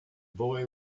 boy